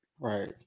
Right